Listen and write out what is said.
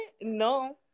no